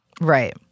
Right